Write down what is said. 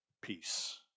Peace